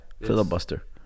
Filibuster